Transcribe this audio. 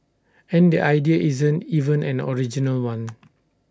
and the idea isn't even an original one